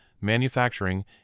Manufacturing